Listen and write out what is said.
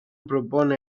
propone